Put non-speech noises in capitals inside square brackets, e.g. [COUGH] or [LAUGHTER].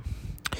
[NOISE]